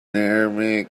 arabic